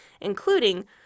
including